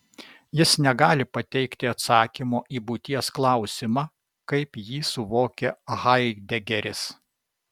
jis negali pateikti atsakymo į būties klausimą kaip jį suvokia haidegeris